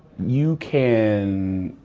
you can,